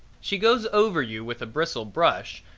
she goes over you with a bristle brush,